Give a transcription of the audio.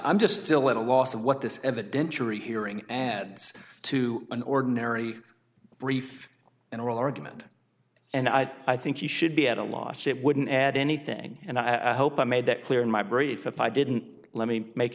'm just still at a loss of what this evidentiary hearing adds to an ordinary brief and oral argument and i think he should be at a loss it wouldn't add anything and i hope i made that clear in my brief if i didn't let me make